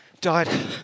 Died